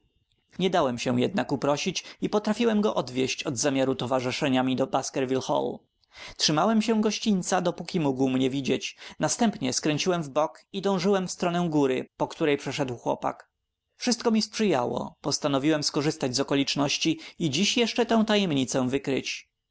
nie dałem się jednak uprosić i potrafiłem go odwieść od zamiaru towarzyszenia mi do baskerville hall trzymałem się gościńca dopóki mógł mnie widzieć następnie skręciłem w bok i dążyłem w stronę góry po której przeszedł chłopak wszystko mi sprzyjało postanawiałem skorzystać z okoliczności i dziś jeszcze tę tajemnicę wykryć